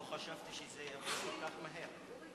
לא חשבתי שזה יבוא כל כך מהר.